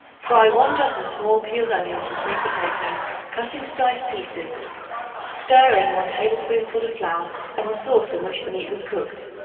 fry one dozen small peeled onions and three potatoes, cut into dice pieces stir in one tablespoonful of flour and the sauce in which the meat was cooked.